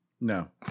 No